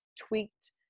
tweaked